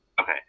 Okay